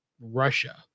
Russia